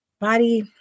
body